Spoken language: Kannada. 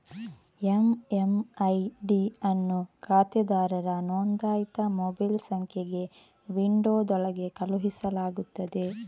ಎಮ್.ಎಮ್.ಐ.ಡಿ ಅನ್ನು ಖಾತೆದಾರರ ನೋಂದಾಯಿತ ಮೊಬೈಲ್ ಸಂಖ್ಯೆಗೆ ವಿಂಡೋದೊಳಗೆ ಕಳುಹಿಸಲಾಗುತ್ತದೆ